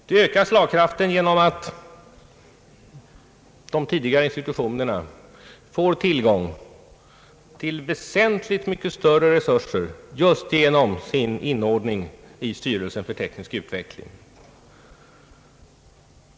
Den ökar slagkraften genom att de tidigare institutionerna får tillgång till väsentligt större resurser just genom sin inordning i styrelsen för teknisk utveckling.